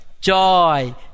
joy